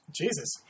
Jesus